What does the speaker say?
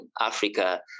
Africa